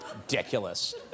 Ridiculous